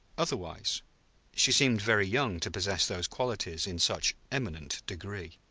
otherwise she seemed very young to possess those qualities in such eminent degree.